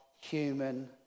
human